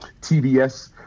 TBS